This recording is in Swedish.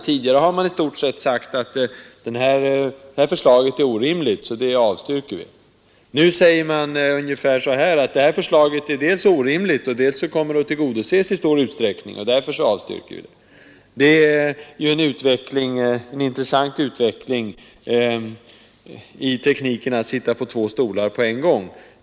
Tidigare har man i stort sett sagt att förslaget är orimligt — därför avstyrkes det. Nu säger man ungefär att förslaget dels är orimligt, dels kommer att bli tillgodosett i stor utsträckning — därför avstyrker man. Det är en intressant utveckling av tekniken att sitta på två stolar på en gång.